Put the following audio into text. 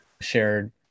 shared